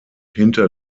hinter